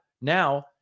now